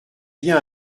bien